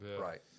right